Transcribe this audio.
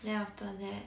then after that